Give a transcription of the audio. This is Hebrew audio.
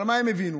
אבל מה הם הבינו?